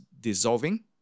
dissolving